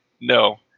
No